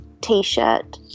t-shirt